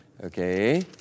Okay